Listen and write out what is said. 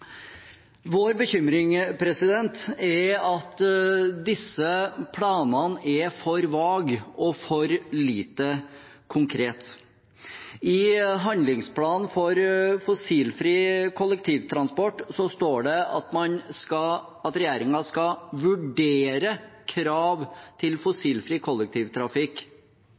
Vår bekymring er at disse planene er for vage og for lite konkrete. I handlingsplanen for fossilfri kollektivtrafikk står det at regjeringen skal vurdere krav til fossilfri kollektivtrafikk.